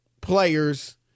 players